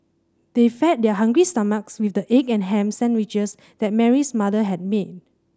they fed their hungry stomachs with the egg and ham sandwiches that Mary's mother had made